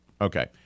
Okay